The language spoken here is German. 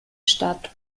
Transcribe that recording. stadt